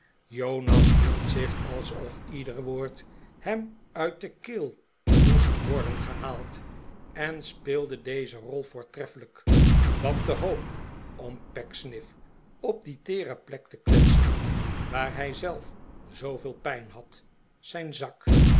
jonas hield zich alsof ieder woord hem uit de keel moest worden gehaald en speelde deze rol voortreffelijk want de hoop om pecksniff op die teere plek te kwetsen waar hij zelf zooveel pijn had zijn zak